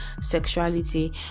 sexuality